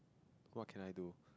what can I do